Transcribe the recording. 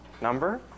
number